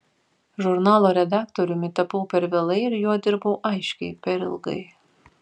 žurnalo redaktoriumi tapau per vėlai ir juo dirbau aiškiai per ilgai